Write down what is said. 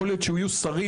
יכול להיות שיהיו שרים,